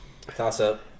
Toss-up